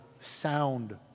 sound